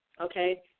okay